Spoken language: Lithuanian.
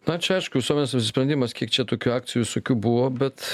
na aišku visuomenės apsisprendimas kiek čia tokių akcijų visokių buvo bet